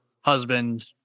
husband